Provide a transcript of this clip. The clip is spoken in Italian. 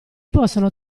possono